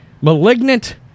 malignant